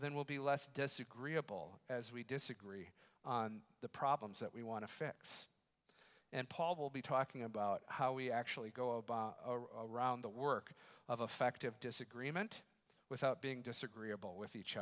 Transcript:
then we'll be less disagreeable as we disagree on the problems that we want to fix and paul will be talking about how we actually go around the work of a fact of disagreement without being disagreeable with each